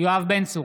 יואב בן צור,